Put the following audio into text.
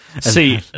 See